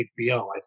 HBO